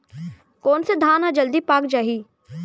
कोन से धान ह जलदी पाक जाही?